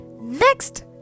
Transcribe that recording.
next